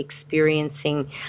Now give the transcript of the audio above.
experiencing